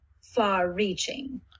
far-reaching